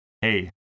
hey